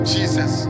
Jesus